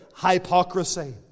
hypocrisy